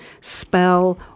spell